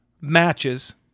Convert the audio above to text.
matches